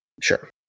Sure